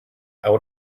out